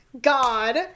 God